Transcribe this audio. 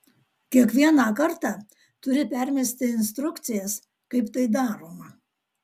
kiekvieną kartą turi permesti instrukcijas kaip tai daroma